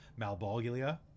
malbolgia